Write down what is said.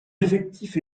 effectif